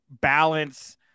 balance